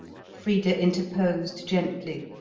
frida interposed gently,